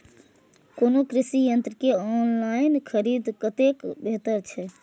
कोनो कृषि यंत्र के ऑनलाइन खरीद कतेक बेहतर छै?